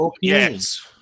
yes